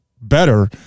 better